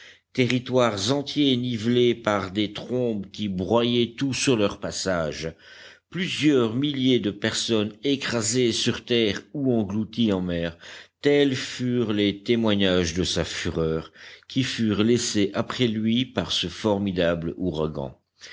territoires entiers nivelés par des trombes qui broyaient tout sur leur passage plusieurs milliers de personnes écrasées sur terre ou englouties en mer tels furent les témoignages de sa fureur qui furent laissés après lui par ce formidable ouragan